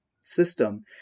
system